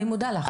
אני מודה לך.